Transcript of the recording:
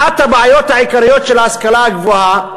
אחת הבעיות העיקריות של ההשכלה הגבוהה,